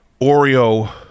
Oreo